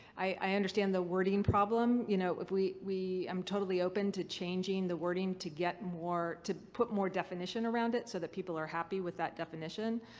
i understand the wording problem. you know, if we. i'm totally open to changing the wording to get more. to put more definition around it so that people are happy with that definition,